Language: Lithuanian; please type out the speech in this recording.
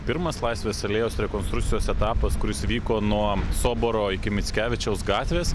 pirmas laisvės alėjos rekonstrukcijos etapas kuris vyko nuo soboro iki mickevičiaus gatvės